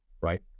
right